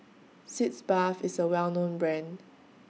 Sitz Bath IS A Well known Brand